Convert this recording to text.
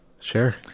sure